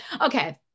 Okay